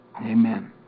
Amen